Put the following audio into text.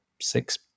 six